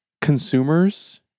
consumers